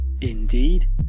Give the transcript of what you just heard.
Indeed